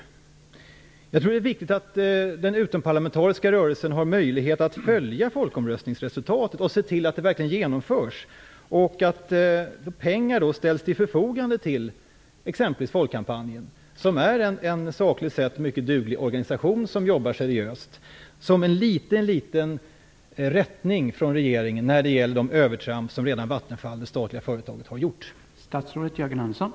Jag tror att det är viktigt att den utomparlamentariska rörelsen har möjlighet att följa folkomröstningsresultatet och se till att det verkligen genomförs, och det är viktigt att pengar då ställs till förfogande för exempelvis Folkkampanjen mot kärnkraft, som är en sakligt sett mycket duglig organisation som jobbar seriöst. Detta skulle vara en liten liten rättning från regeringen i förhållande till de övertramp som Vattenfall, det statliga företaget, redan har gjort.